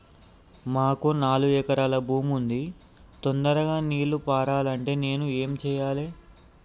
మాకు నాలుగు ఎకరాల భూమి ఉంది, తొందరగా నీరు పారాలంటే నేను ఏం చెయ్యాలే?